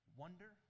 wonder